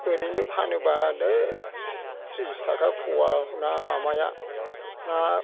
ओरैनो फानोबा दै थ्रिस थाखा फ'या ना माबाया ना